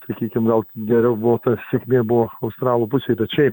sakykim gal geriau buvo ta sėkmė buvo australų pusėj bet šiaip